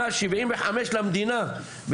שנת 75 למדינה,